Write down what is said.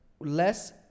less